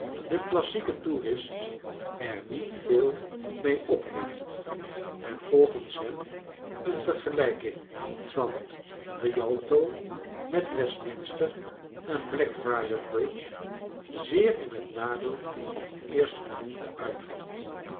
de klassieke tourist er niet veel mee op heeft en volgens hem een vergelrjking van de kialto met westminster en blackfriars bridge zeer in het nadeel van eerstgenoemde uitvalt